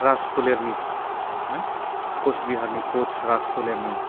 राज फोलरनि ना कस बिहारनि कस राज फोलेरनि